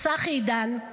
צחי עידן,